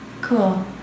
Cool